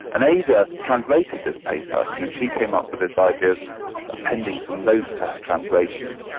and ada translated this paper and and she came up with this idea of appending some notes to her translation,